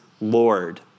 Lord